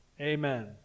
Amen